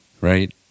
right